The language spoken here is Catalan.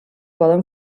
poden